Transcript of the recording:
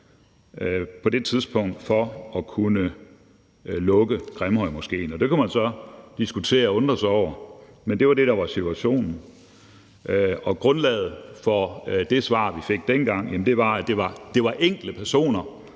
på det tidspunkt for at kunne lukke Grimhøjmoskeen. Det kunne man så diskutere og undre sig over, men det var det, der var situationen. Og grundlaget for det svar, vi fik dengang, var, at det var enkeltpersoner,